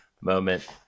moment